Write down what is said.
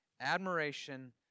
admiration